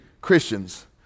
Christians